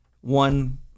one